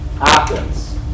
Athens